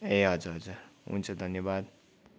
ए हजुर हजुर हुन्छ धन्यवाद